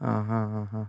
ആഹ് ആഹ്ഹ്